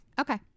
okay